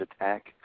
Attack